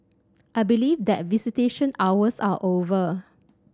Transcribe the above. I believe that visitation hours are over